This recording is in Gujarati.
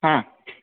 હા